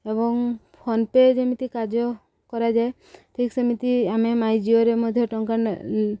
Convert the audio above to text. ଏବଂ PhonePe' ଯେମିତି କାର୍ଯ୍ୟ କରାଯାଏ ଠିକ୍ ସେମିତି ଆମେ ମାଇଁ ଜିିଓରେ ମଧ୍ୟ ଟଙ୍କା